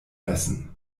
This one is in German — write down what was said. messen